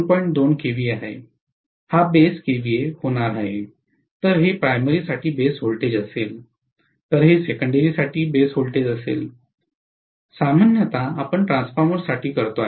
2 kVA आहे हा base kVA होणार आहे तर हे प्राइमरीसाठी बेस व्होल्टेज असेल तर हे सेकंडरीसाठी बेस व्होल्टेज असेल सामान्यतः आपण ट्रान्सफॉर्मरसाठी करतो